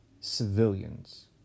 civilians